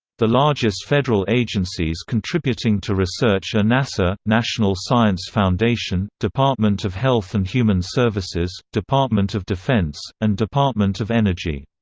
the largest federal agencies contributing to research are nasa, national science foundation, department of health and human services, department of defense, and department of energy.